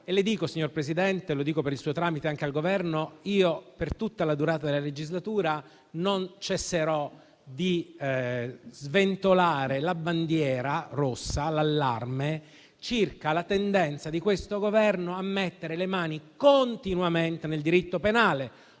e per suo tramite lo dico anche al Governo, che per tutta la durata della legislatura non cesserò di sventolare la bandiera rossa ed esprimere allarme circa la tendenza di questo Governo a mettere le mani continuamente nel diritto penale.